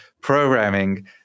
programming